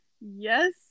Yes